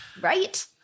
Right